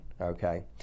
okay